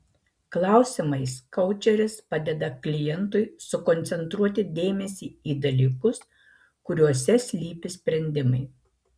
klausimais koučeris padeda klientui sukoncentruoti dėmesį į dalykus kuriuose slypi sprendimai